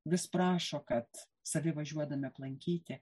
vis prašo kad savi važiuodami aplankyti